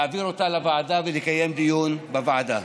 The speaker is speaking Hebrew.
להעביר אותה לוועדה ולקיים דיון בוועדה.